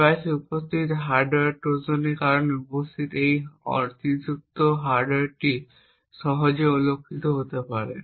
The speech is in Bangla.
ডিভাইসে উপস্থিত হার্ডওয়্যার ট্রোজানের কারণে উপস্থিত এই অতিরিক্ত হার্ডওয়্যারটি সহজেই অলক্ষিত হতে পারে